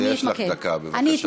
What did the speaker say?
אז יש לך דקה, בבקשה.